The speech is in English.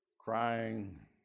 Crying